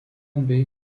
bei